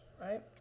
Right